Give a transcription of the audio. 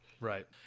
Right